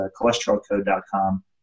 cholesterolcode.com